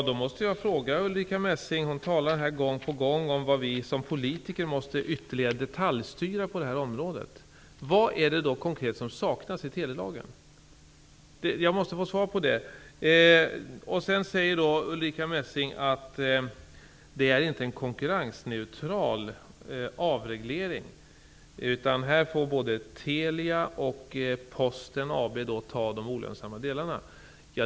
Herr talman! Ulrika Messing talar gång på gång om att vi politiker måste detaljstyra ytterligare, på det här området. Vad saknas då konkret i telelagen? Jag måste få ett svar på den frågan. Ulrika Messing säger vidare att det inte är en konkurrensneutral avreglering, utan både Telia och det framtida Posten AB får ta de olönsamma delarna.